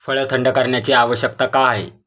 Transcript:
फळ थंड करण्याची आवश्यकता का आहे?